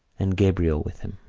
and gabriel with him.